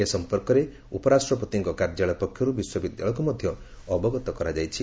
ଏ ସମ୍ମର୍କରେ ଉପରାଷ୍ଟ୍ରପତିଙ୍କ କାର୍ଯ୍ୟାଳୟ ପକ୍ଷରୁ ବିଶ୍ୱବିଦ୍ୟାଳୟକୁ ମଧ୍ଧ ଅବଗତ କରାଯାଇଛି